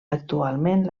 actualment